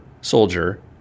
soldier